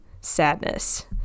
sadness